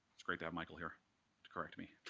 it's great to have michael here to correct me